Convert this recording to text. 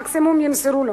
מקסימום ימסרו לו,